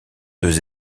deux